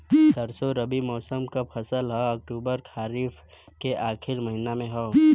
सरसो रबी मौसम क फसल हव अक्टूबर खरीफ क आखिर महीना हव